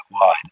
wide